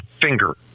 finger